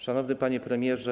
Szanowny Panie Premierze!